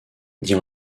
dit